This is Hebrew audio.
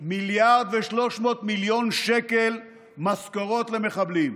1.3 מיליארד שקל משכורות למחבלים.